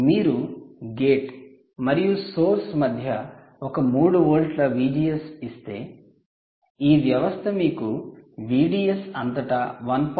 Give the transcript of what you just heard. మీరు గేట్ మరియు సోర్స్ మధ్య ఒక 3 వోల్ట్ల VGS ఇస్తే ఈ వ్యవస్థ మీకు VDS అంతటా 1